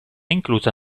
inclusa